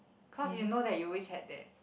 cause you know that you always had that